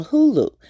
Hulu